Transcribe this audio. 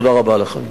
תודה רבה לכם.